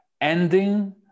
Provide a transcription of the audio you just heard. ending